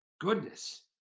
goodness